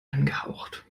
angehaucht